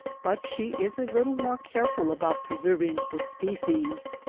but she is a little more careful about preserving the species.